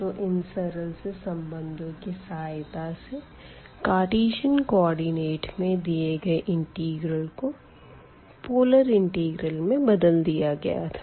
तो इन सरल से संबंधों की सहायता से कार्टीजन कोऑर्डिनेट में दिए गए इंटिग्रल को पोलर इंटिग्रल में बदल दिया गया था